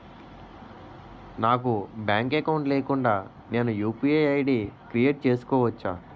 నాకు bank account లేకుండా నేను యు.పి.ఐ ఐ.డి క్రియేట్ చేసుకోవచ్చా?